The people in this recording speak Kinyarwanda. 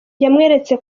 yamweretse